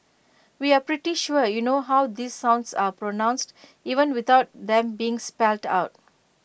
we are pretty sure you know how these sounds are pronounced even without them being spelled out